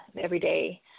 everyday